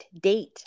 date